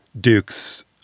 Duke's